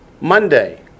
Monday